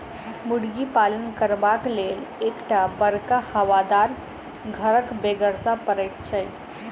मुर्गी पालन करबाक लेल एक टा बड़का हवादार घरक बेगरता पड़ैत छै